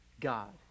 God